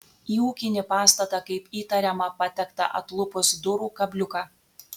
į ūkinį pastatą kaip įtariama patekta atlupus durų kabliuką